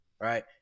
Right